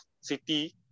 City